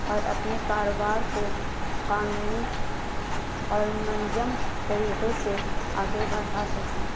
اور اپنے کاروبار کو قانونی اور منظم طریقے سے آگے بڑھا سکیں